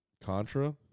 Contra